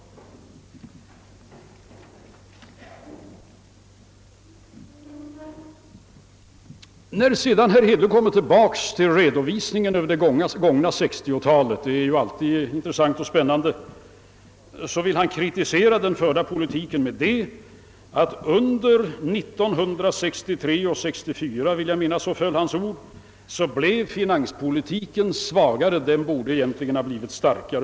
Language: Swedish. När sedan herr Hedlund återkommer till redovisningen över det gångna 1960 talet, vilket alltid är intressant och spännande, vill han kritisera den förda politiken med att under 1963 och 1964 — jag vill minnas att hans ord föll så — blev finanspolitiken svagare, medan den egentligen borde ha blivit starkare.